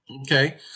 Okay